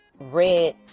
red